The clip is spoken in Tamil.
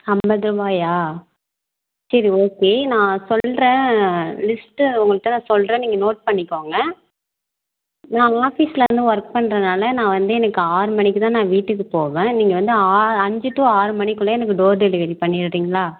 ஐம்பது ரூவாயா சரி ஓகே நான் சொல்கிறேன் லிஸ்ட்டை உங்கள்கிட்ட நான் சொல்கிறேன் நீங்கள் நோட் பண்ணிக்கோங்க நான் ஆஃபீஸில் வந்து ஒர்க் பண்ணறனால நான் வந்து எனக்கு ஆறு மணிக்குதான் நான் வீட்டுக்கு போவேன் நீங்கள் வந்து ஆ அஞ்சு டூ ஆறு மணிக்குள்ளே எனக்கு டோர் டெலிவரி பண்ணி விடறீங்களா